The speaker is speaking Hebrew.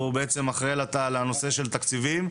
שהוא אחראי על הנושא של תקציבים,